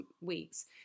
weeks